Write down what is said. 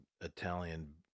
Italian